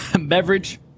beverage